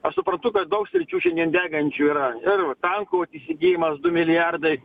aš suprantu kad daug sričių šiandien degančių yra vat talkų įsigijimas du milijardai